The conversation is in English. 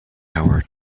hour